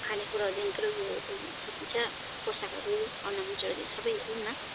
खाने कुरोहरूदेखिको के भन्छ पोसाकहरू अर्नमेन्ट्सहरूदेखि सबै हेरौँ न